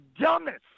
dumbest